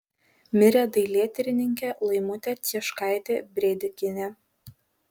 mirė dailėtyrininkė laimutė cieškaitė brėdikienė